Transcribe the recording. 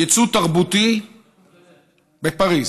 ייצוא תרבותי לפריז.